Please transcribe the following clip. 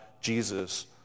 Jesus